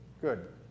good